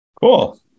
Cool